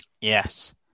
Yes